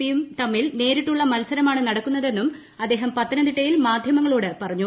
പിയും നേരിട്ടുള്ള മത്സരമാണ് നടക്കുന്നതെന്നും അദ്ദേഹം പത്തനംതിട്ടയിൽ മാധ്യമങ്ങളോട് പറഞ്ഞു